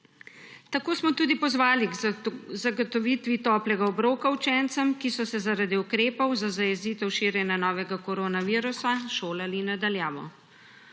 Tako smo tudi pozvali k zagotovitvi toplega obroka učencem, ki so se zaradi ukrepov za zajezitev širjenja novega koronavirusa šolali na daljavo.